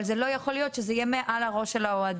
אבל זה לא יכול להיות שזה יהיה מעל הראש של האוהדים.